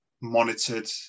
monitored